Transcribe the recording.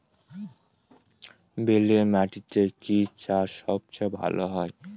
বেলে মাটিতে কি চাষ সবচেয়ে ভালো হয়?